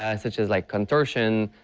ah such as like consortium,